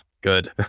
Good